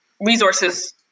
resources